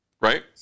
Right